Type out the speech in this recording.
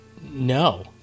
No